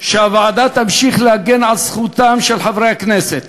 הוועדה תמשיך להגן על זכותם של חברי הכנסת